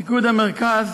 פיקוד המרכז